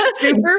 super